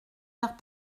vers